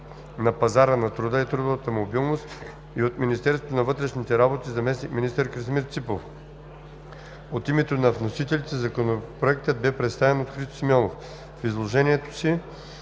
на пазара на труда и трудова мобилност”, и от Министерството на вътрешните работи – заместник-министър Красимир Ципов. От името на вносителите Законопроектът бе представен от Христо Симеонов. В изложението си